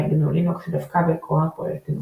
GNU/לינוקס שדבקה בעקרונות פרויקט גנו.